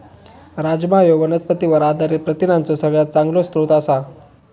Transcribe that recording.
राजमा ह्यो वनस्पतींवर आधारित प्रथिनांचो सगळ्यात चांगलो स्रोत आसा